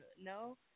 no